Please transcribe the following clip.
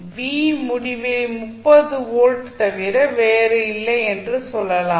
V முடிவிலி 30 volt தவிர வேறில்லை என்று சொல்லலாம்